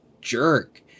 jerk